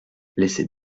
laisse